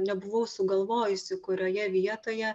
nebuvau sugalvojusi kurioje vietoje